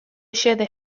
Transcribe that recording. xede